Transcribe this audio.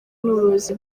n’ubuyobozi